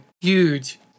Huge